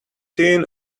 seen